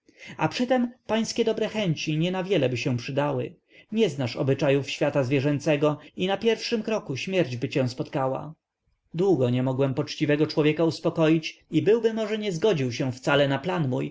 a przytem pańskie dobre chęci nie na wieleby się przydały nie znasz obyczajów świata zwierzęcego i na pierwszym kroku śmierćby cię spotkała długo nie mogłem poczciwego człowieka uspokoić i byłby może nie zgodził się wcale na